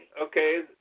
okay